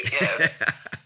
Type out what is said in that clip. yes